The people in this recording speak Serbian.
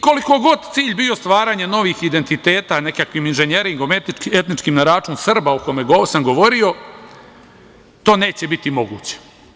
Koliko god cilj bio stvaranje novih identiteta nekakvim inženjeringom etničkim na račun Srba, o kome sam govorio, to neće biti moguće.